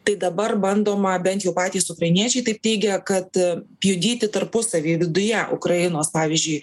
tai dabar bandoma bent jau patys ukrainiečiai taip teigia kad pjudyti tarpusavyj viduje ukrainos pavyzdžiui